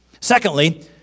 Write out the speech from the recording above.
Secondly